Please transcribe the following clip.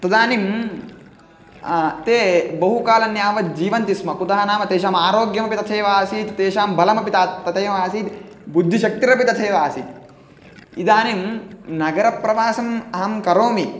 तदानीं ते बहुकालं यावत् जीवन्ति स्म कुतः नाम तेषाम् आरोग्यमपि तथैव आसीत् तेषां बलमपि त तथैव आसीत् बुद्धिशक्तिरपि तथैव आसीत् इदानीं नगरप्रवासम् अहं करोमि